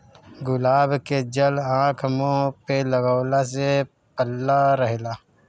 गुलाब के जल आँख, मुंह पे लगवला से पल्ला रहेला